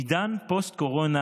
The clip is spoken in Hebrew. עידן פוסט-קורונה